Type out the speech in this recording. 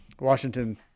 washington